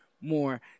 more